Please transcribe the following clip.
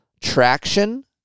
traction